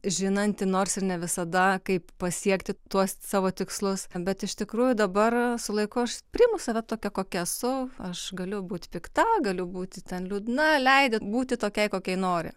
žinanti nors ir ne visada kaip pasiekti tuos savo tikslus bet iš tikrųjų dabar su laiku aš priimu save tokią kokia esu aš galiu būt pikta galiu būti ten liūdna leidi būti tokiai kokiai nori